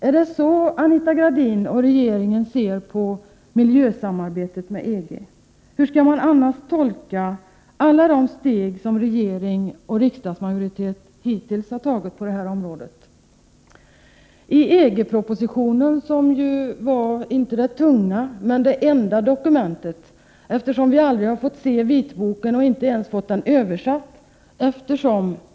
Är det så Anita Gradin och regeringen ser på miljösamarbetet med EG? Hur skall man annars tolka alla de steg som regeringen och riksdagsmajoriteten hittills har tagit i denna riktning. EG-propositionen är inte det tunga, men det enda dokument vi har att tillgå, eftersom vi aldrig har fått se vitboken och inte ens har fått den översatt.